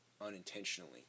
unintentionally